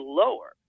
lower